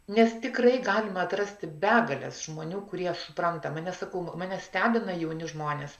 nes tikrai galima atrasti begales žmonių kurie supranta mane sakau mane stebina jauni žmonės